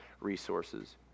resources